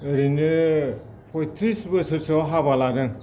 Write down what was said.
ओरैनो फयथ्रिस बोसोरसोआव हाबा लादों